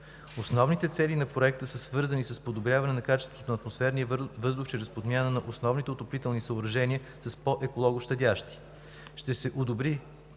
Основните цели на Проекта са свързани с подобряване на качеството на атмосферния въздух чрез подмяна на основните отоплителни съоръжения с по-екологощадящи. Ще се подобри